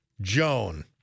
Joan